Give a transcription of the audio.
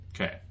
Okay